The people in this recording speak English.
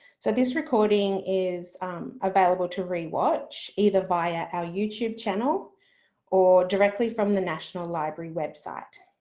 so this recording is available to re-watch either via our youtube channel or directly from the national library website,